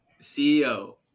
CEO